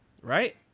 right